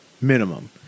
Minimum